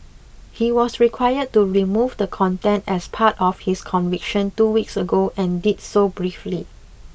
he was required to remove the content as part of his conviction two weeks ago and did so briefly